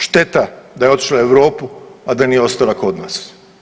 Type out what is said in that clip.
Šteta da je otišla u Europu, a da nije ostala kod nas.